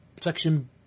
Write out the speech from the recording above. section